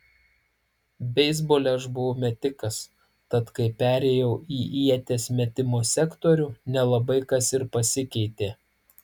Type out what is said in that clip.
beisbole aš buvau metikas tad kai perėjau į ieties metimo sektorių nelabai kas ir pasikeitė